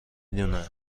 دونه